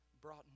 brought